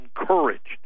encouraged